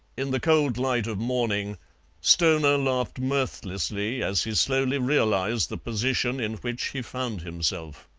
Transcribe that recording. in the cold light of morning stoner laughed mirthlessly as he slowly realized the position in which he found himself.